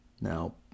Now